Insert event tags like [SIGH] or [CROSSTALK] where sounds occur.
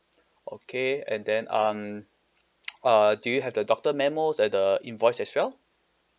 okay and then um [NOISE] uh do you have the doctor memos and the invoice as well